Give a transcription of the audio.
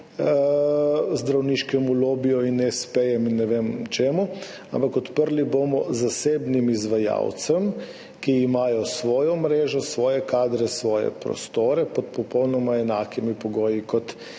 zdravniškemu lobiju in espejem in ne vem čemu, ampak odprli bomo zasebnim izvajalcem, ki imajo svojo mrežo, svoje kadre, svoje prostore pod popolnoma enakimi pogoji, kot